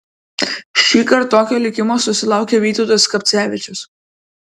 šįkart tokio likimo susilaukė vytautas skapcevičius